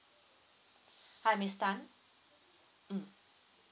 hi miss tan mm